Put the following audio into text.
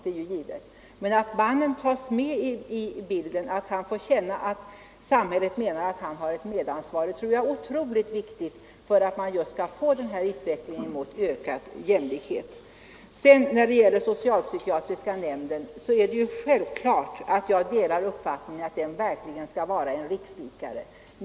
Men för att man skall få en utveckling mot ökad jämlikhet tror jag att det är mycket viktigt att mannen tas med i bilden och får känna att samhället menar att han har ett medansvar. När det gäller socialpsykiatriska nämnden är det självklart att jag delar uppfattningen att den skall vara en rikslikare.